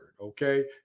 Okay